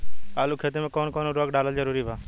आलू के खेती मे कौन कौन उर्वरक डालल जरूरी बा?